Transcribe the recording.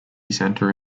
centre